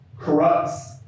corrupts